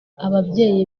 ababyeyi